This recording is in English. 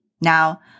Now